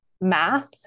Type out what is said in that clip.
math